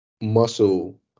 muscle